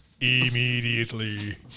immediately